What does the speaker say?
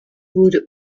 wurde